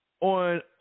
on